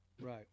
Right